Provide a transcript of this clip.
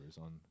on